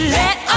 let